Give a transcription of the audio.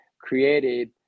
created